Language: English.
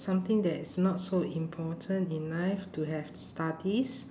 something that is not so important in life to have studies